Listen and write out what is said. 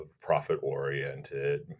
profit-oriented